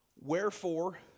Wherefore